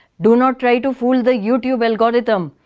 don't ah try to fool the youtube algorithm.